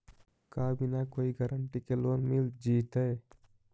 का बिना कोई गारंटी के लोन मिल जीईतै?